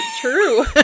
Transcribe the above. true